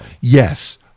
Yes